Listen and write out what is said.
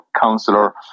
councillor